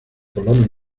colonos